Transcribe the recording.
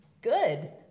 good